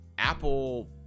apple